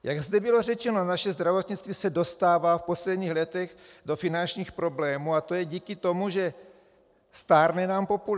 Jak zde bylo řečeno, naše zdravotnictví se dostává v posledních letech do finančních problémů a je to díky tomu, že stárne nám populace.